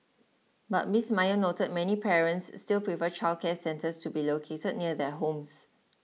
but Miss Maya noted many parents still prefer childcare centres to be located near their homes